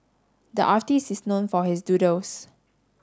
the artist is known for his doodles